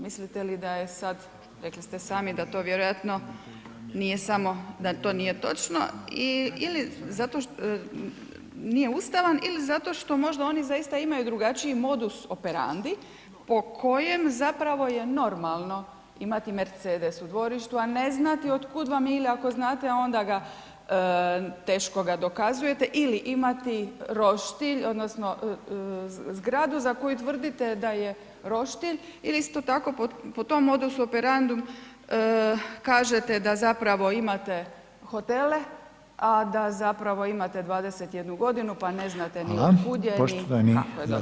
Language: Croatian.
Mislite li da je sad, rekli ste sami da to vjerojatno nije samo, da to nije točno i ili zato što nije ustavan ili zato što možda oni zaista imaju drugačiji modus operandi po kojem zapravo je normalno imati Mercedes u dvorištu, a ne znati otkud vam je ili ako znate, onda ga, teško ga dokazujete ili imati roštilj odnosno zgradu za koju tvrdite da je roštilj ili isto tako po tom modusu operandum kažete da zapravo imate hotele, a da zapravo imate 21.g., pa ne znate [[Upadica: Hvala]] ni otkud je [[Upadica: Poštovani zastupnik…]] ni kako je došlo do toga.